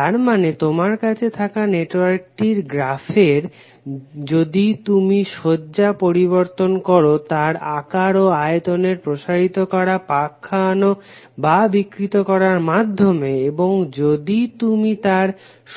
তার মানে তোমার কাছে থাকা নেটওয়ার্কটির গ্রাফের যদি তুমি সজ্জা পরিবর্তন করো তার আকার ও আয়তনের প্রসারিত করা পাক খাওয়ানো বা বিকৃত করার মাধ্যমে এবং যদি তুমি তার